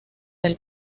del